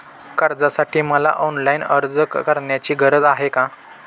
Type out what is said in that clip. कर्जासाठी मला ऑनलाईन अर्ज करण्याची गरज आहे का?